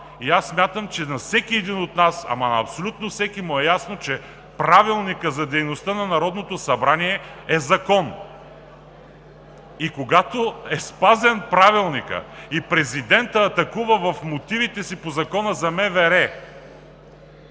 и смятам, че на всеки един от нас, ама абсолютно на всеки, му е ясно, че Правилникът за организацията и дейността на Народното събрание е закон. И когато е спазен Правилникът, и президентът атакува в мотивите си по Закона за МВР